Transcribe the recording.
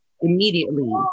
immediately